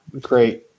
great